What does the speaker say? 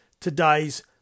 today's